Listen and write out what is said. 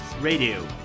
Radio